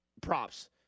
props